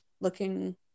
looking